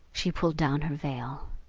she pulled down her veil.